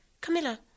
Camilla